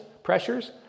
pressures